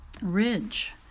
Ridge